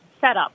setup